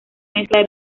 mezcla